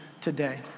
today